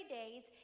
days